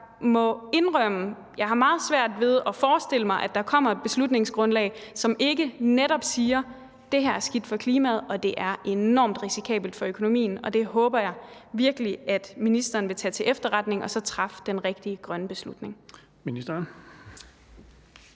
jeg har meget svært ved at forestille mig, at der kommer et beslutningsgrundlag, som ikke netop siger, at det er skidt for klimaet, og at det er enormt risikabelt for økonomien. Og det håber jeg virkelig at ministeren vil tage til efterretning og så træffe den rigtige grønne beslutning.